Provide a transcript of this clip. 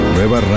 Nueva